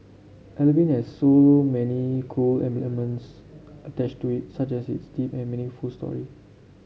Halloween has so many cool elements attached to it such as its deep and meaningful story